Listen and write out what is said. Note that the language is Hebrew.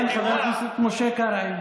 כן, חבר הכנסת משה קרעי.